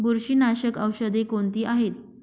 बुरशीनाशक औषधे कोणती आहेत?